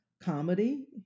comedy